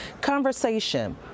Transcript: conversation